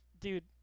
Dude